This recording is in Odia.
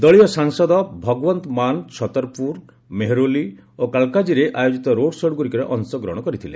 ଦଳୀୟ ସାଂସଦ ଭଗଓ୍ତ ମାନ୍ ଛତରପୁର ମେହୋରଲି ଓ କାଲକାଜିରେ ଆୟୋଜିତ ରୋଡ୍ଶୋଗୁଡ଼ିକରେ ଅଂଶଗ୍ରହଣ କରିଥିଲେ